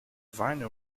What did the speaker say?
vinyl